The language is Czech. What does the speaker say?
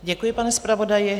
Děkuji, pane zpravodaji.